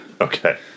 Okay